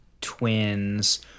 twins